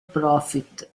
profit